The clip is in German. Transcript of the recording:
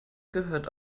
gehört